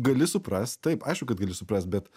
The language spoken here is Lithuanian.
gali suprast taip aišku kad gali suprast bet